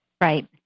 Right